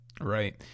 Right